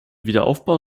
wiederaufbau